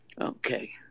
Okay